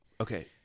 okay